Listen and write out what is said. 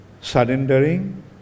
surrendering